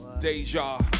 deja